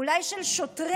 אולי של שוטרים?